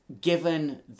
given